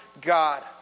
God